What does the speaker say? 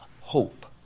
hope